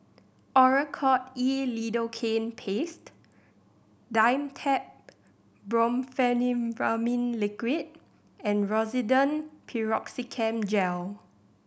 Oracort E Lidocaine Paste Dimetapp Brompheniramine Liquid and Rosiden Piroxicam Gel